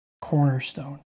cornerstone